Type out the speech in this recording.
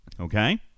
Okay